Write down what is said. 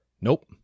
Nope